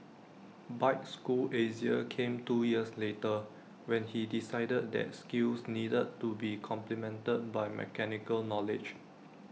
bike school Asia came two years later when he decided that skills needed to be complemented by mechanical knowledge